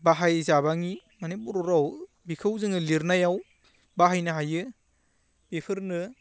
बाहायजाबाङि मानि बर' रावाव बेखौ जोङो लिरनायाव बाहायनो हायो बेफोरनो